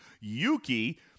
Yuki